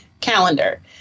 calendar